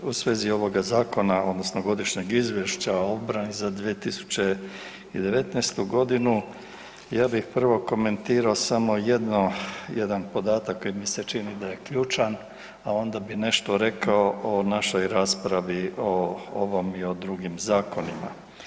U svezi ovoga Zakona odnosno Godišnjeg izvješća o obrani za 2019. godinu, ja bih prvo komentirao samo jedno, jedan podatak koji mi se čini da je ključan, a onda bi nešto rekao o našoj raspravi o ovom i o drugim Zakonima.